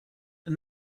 and